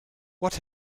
what